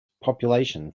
population